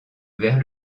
vers